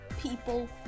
people